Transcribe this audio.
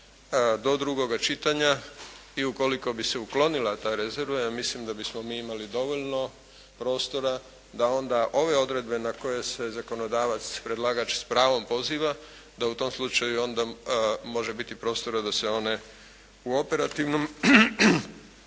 do drugoga čitanja i ukoliko bi se uklonila ta rezerva, ja mislim da bismo mi imali dovoljno prostora da onda ove odredbe na koje se zakonodavac predlagač s pravom poziva da u tom slučaju onda može biti prostora da se one u operativnom smislu